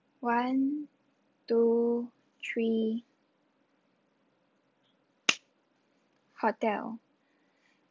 one two three hotel